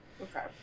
Okay